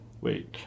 Wait